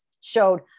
showed